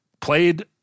played